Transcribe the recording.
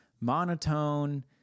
monotone